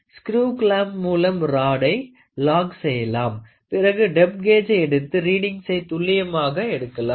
screw clamp மூலம் ராடை lock செய்யலாம் பிறகு டெப்த் கேஜை எடுத்து ரீடிங்கசை துல்லியமாக எடுக்கலாம்